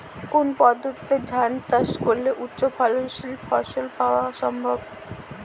কোন পদ্ধতিতে ধান চাষ করলে উচ্চফলনশীল ফসল পাওয়া সম্ভব?